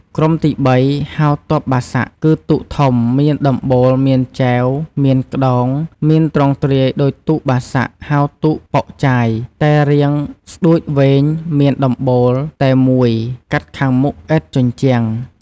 ក្រុមទី៣ ហៅ ទ័ពបាសាក់ គឺទូកធំមានដំបូលមានចែវ មានក្តោង មានទ្រង់ទ្រាយដូចទូកបាសាក់ ហៅទូក ប៉ុកចាយ តែរាងស្តួចវែងមានដំបូល តែមួយកាត់ខាងមុខឥតជញ្ជាំង។